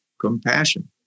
compassion